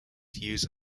use